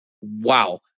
Wow